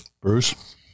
Bruce